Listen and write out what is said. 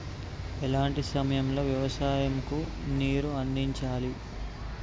ఎలాంటి సమయం లో వ్యవసాయము కు నీరు అందించాలి?